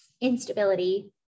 instability